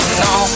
no